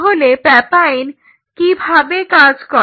তাহলে প্যাপাইন কিভাবে কাজ করে